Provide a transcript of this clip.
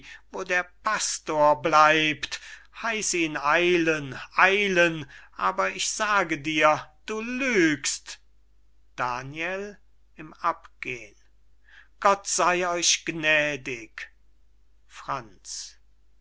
wo der pastor bleibt heiß ihn eilen eilen aber ich sage dir du lügst daniel im abgehen gott sey euch gnädig franz